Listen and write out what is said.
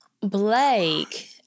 Blake